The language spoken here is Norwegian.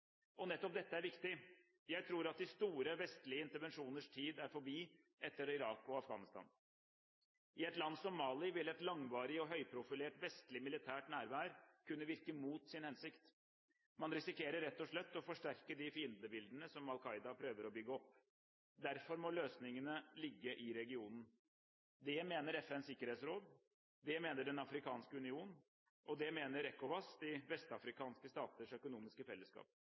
Og nettopp dette er viktig. Jeg tror at de store, vestlige intervensjoners tid er forbi etter Irak og Afghanistan. I et land som Mali vil et langvarig og høyprofilert vestlig militært nærvær kunne virke mot sin hensikt. Man risikerer rett og slett å forsterke de fiendebildene som Al Qaida prøver å bygge opp. Derfor må løsningene ligge i regionen. Det mener FNs sikkerhetsråd, det mener Den afrikanske union og det mener ECOWAS, De vestafrikanske staters økonomiske fellesskap.